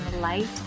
light